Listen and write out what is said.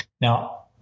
Now